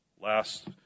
Last